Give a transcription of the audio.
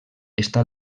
està